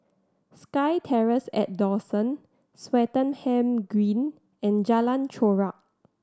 Sky Terrace at Dawson Swettenham Green and Jalan Chorak